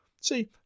See